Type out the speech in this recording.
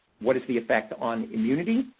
what is the effect on immunity?